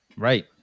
Right